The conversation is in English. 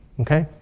okay?